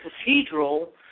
cathedral